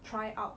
try out